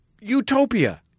utopia